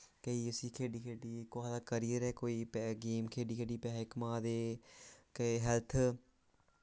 केईं इस्सी खेढी खेढी कुसा दा करियर ऐ कोई गेम खेढी खेढी पैहे कमा दे केह् हैल्थ